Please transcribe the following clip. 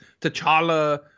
T'Challa